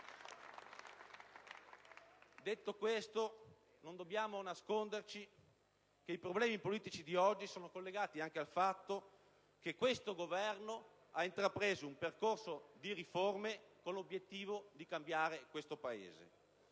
Ciò detto, non dobbiamo nasconderci che i problemi politici di oggi sono collegati anche al fatto che questo Governo ha intrapreso un percorso di riforme con l'obiettivo di cambiare il Paese